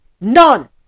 none